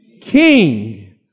King